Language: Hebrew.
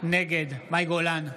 נגד מאי גולן,